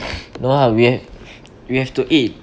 no ah we have we have to eat